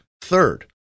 third